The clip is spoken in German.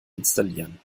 installieren